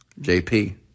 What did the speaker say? JP